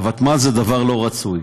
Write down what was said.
הוותמ"ל זה דבר לא רצוי,